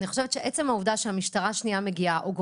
אני חושבת שעצם העובדה שהמשטרה או גורם